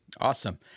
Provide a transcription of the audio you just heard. Awesome